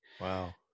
Wow